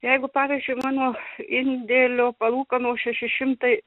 jeigu pavyzdžiui mano indėlio palūkanų šeši šimtai